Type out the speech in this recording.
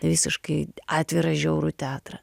visiškai atvirą žiaurų teatrą